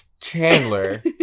Chandler